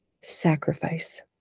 sacrifice